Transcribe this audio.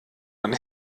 man